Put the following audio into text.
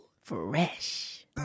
Fresh